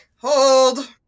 Hold